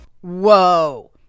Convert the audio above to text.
Whoa